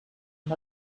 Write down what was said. amb